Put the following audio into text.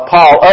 Paul